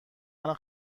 الان